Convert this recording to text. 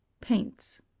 paints